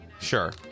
Sure